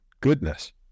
goodness